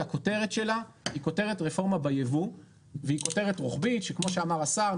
הכותרת שלה היא כותרת רפורמה ביבוא והיא כותרת רוחבית שכמו שאמר השר,